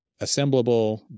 assemblable